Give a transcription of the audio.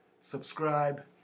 subscribe